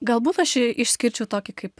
galbūt aš išskirčiau tokį kaip